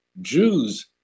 Jews